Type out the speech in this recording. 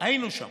היינו שם,